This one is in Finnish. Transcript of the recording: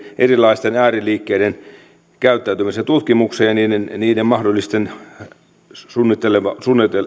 erilaisten ääriliikkeiden käyttäytymisen tutkimukseen ja niiden ja niiden mahdollisten suunnittelussa